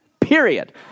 period